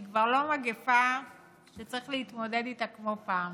היא כבר לא מגפה שצריך להתמודד איתה כמו פעם,